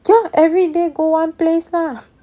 ya everyday go one place lah